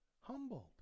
humbled